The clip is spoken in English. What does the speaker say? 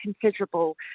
considerable